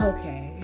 Okay